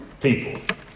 people